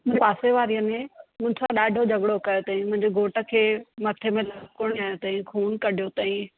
मुंहिंजे पासे वारीअ में मूंसां ॾाढो झॻड़ो कयो अथईं मुंहिंजे घोट खे मथे में लकुणु बि हंयो अथई ख़ून कढियो अथई